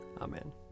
amen